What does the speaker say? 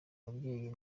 babyeyi